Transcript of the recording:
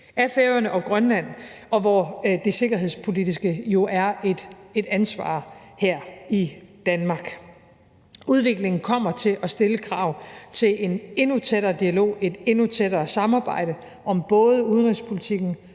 Færøerne og Grønland, og hvor det sikkerhedspolitiske jo er et ansvar her i Danmark. Udviklingen kommer til at stille krav til en endnu tættere dialog, et endnu tættere samarbejde om både udenrigspolitikken,